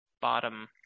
bottom